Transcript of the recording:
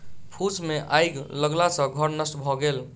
फूस मे आइग लगला सॅ घर नष्ट भ गेल